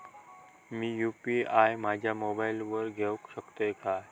मी UPI माझ्या मोबाईलावर घेवक शकतय काय?